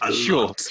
Sure